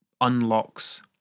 unlocks